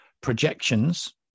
projections